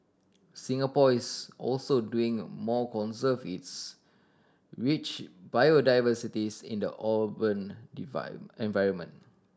Singapore is also doing more conserve its rich biodiversities in the urban environment